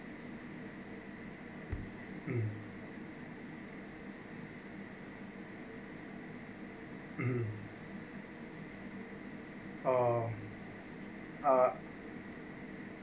mm (uh huh) uh ah